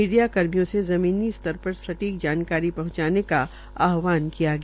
media कर्मियों से जमीनी स्तर पर स्टीक जानकारी पहंचाने का आहवान किया गया